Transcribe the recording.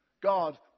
God